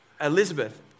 Elizabeth